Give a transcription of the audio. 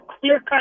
clear-cut